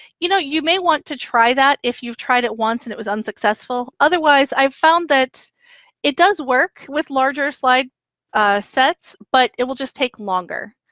you know, you may want to try that if you've tried it once and it was unsuccessful. otherwise, i've found that it does work with larger slide sets, but it will just take longer.